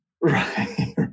Right